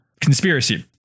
conspiracy